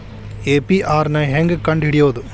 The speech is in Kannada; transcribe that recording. ಎ.ಪಿ.ಆರ್ ನ ಹೆಂಗ್ ಕಂಡ್ ಹಿಡಿಯೋದು?